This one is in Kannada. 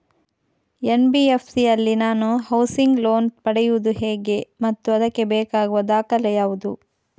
ಎನ್.ಬಿ.ಎಫ್.ಸಿ ಯಲ್ಲಿ ನಾನು ಹೌಸಿಂಗ್ ಲೋನ್ ಪಡೆಯುದು ಹೇಗೆ ಮತ್ತು ಅದಕ್ಕೆ ಬೇಕಾಗುವ ದಾಖಲೆ ಯಾವುದು?